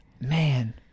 man